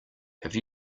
have